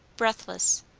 breathless.